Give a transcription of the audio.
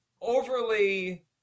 overly